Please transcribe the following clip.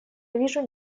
вижу